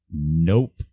Nope